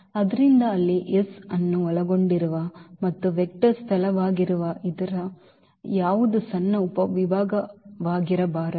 ಆದ್ದರಿಂದ ಅಲ್ಲಿ S ಅನ್ನು ಒಳಗೊಂಡಿರುವ ಮತ್ತು ವೆಕ್ಟರ್ ಸ್ಥಳವಾಗಿರುವ ಇದರ ಯಾವುದೇ ಸಣ್ಣ ಉಪವಿಭಾಗವಾಗಿರಬಾರದು